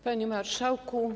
Panie Marszałku!